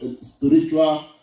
spiritual